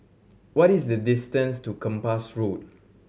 what is the distance to Kempas Road